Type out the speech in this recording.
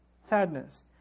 sadness